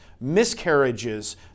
miscarriages